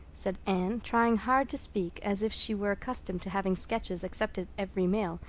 said anne, trying hard to speak as if she were accustomed to having sketches accepted every mail,